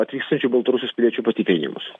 atvykstančių baltarusijos piliečių patikrinimus